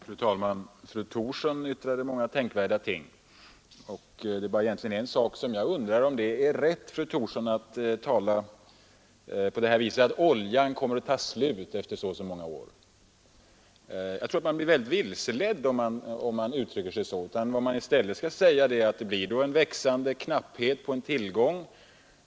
Fru talman! Fru Thorsson yttrade många tänkvärda ord. Det är egentligen bara en sak som jag undrar över. Är det rätt, fru Thorsson, att säga att t.ex. oljan kommer att ”ta slut” efter så och så många år? Jag tror att man blir vilseledd av sådana uttryck. Vad man i stället skall säga är att det blir en växande knapphet på olja.